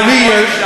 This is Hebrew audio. אדוני.